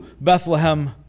Bethlehem